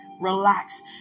relax